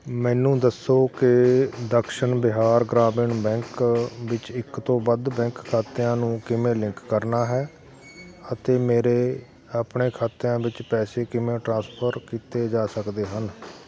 ਮੈਨੂੰ ਦੱਸੋ ਕਿ ਦਕਸ਼ਨ ਬਿਹਾਰ ਗ੍ਰਾਮੀਣ ਬੈਂਕ ਵਿੱਚ ਇੱਕ ਤੋਂ ਵੱਧ ਬੈਂਕ ਖਾਤਿਆਂ ਨੂੰ ਕਿਵੇਂ ਲਿੰਕ ਕਰਨਾ ਹੈ ਅਤੇ ਮੇਰੇ ਆਪਣੇ ਖਾਤਿਆਂ ਵਿੱਚ ਪੈਸੇ ਕਿਵੇਂ ਟ੍ਰਾਂਸਫਰ ਕੀਤੇ ਜਾ ਸਕਦੇ ਹਨ